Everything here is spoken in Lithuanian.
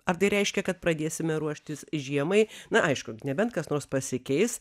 ar tai reiškia kad pradėsime ruoštis žiemai na aišku nebent kas nors pasikeis